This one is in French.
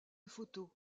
photos